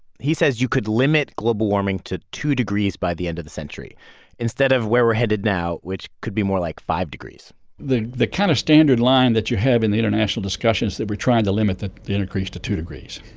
he says you could limit global warming to two degrees by the end of the century instead of where we're headed now, which could be more like five degrees the the kind of standard line that you have in international discussions that we're trying to limit the the increase to two degrees.